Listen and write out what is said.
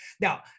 Now